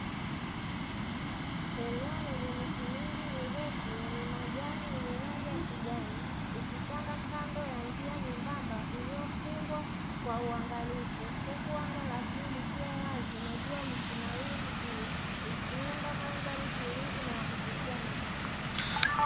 Eneo lenye miti mingi mirefu yenye majani yenye rangi ya kijani; ikitanda kando ya njia nyembamba iliyofungwa kwa uangalifu, huku anga la bluu likiwa wazi na jua likinawiri juu, ikiunda mandhari tulivu na ya kuvutia machoni.